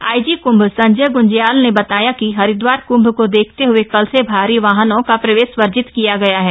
IG Kumbh Sanjay Gunjyal ने बताया कि हरिदवार कृम्भ को देखते हए कल से भारी वाहनों का प्रवेश वर्जित किया गया है